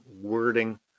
wording